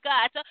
God